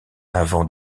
avant